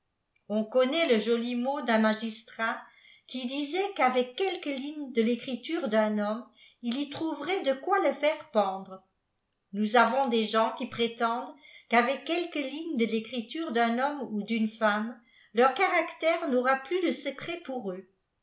on connaît le joli mot d'un magistrat qui disait qu avec quelques lignes de récriture d'un homme il y trouverait de quoi le miré pendre nous avons des gens qui prétendent qu avec quelques lignes de récriture d'un homme ou d'une femme leur caractère n'aura plus de secrets pour eux